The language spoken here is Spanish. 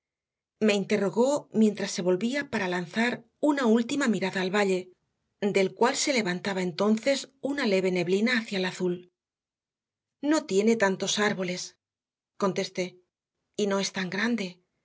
me interrogó mientras se volvía para lanzar una última mirada al valle del cual se levantaba entonces una leve neblina hacia el azul no tiene tantos árboles contesté y no es tan grande